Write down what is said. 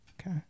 Okay